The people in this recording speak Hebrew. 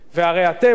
מכבדים שופטים.